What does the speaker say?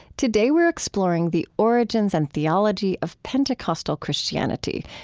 today, we're exploring the origins and theology of pentecostal christianity,